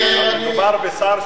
מדובר בשר,